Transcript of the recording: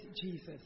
Jesus